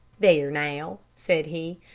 there, now, said he,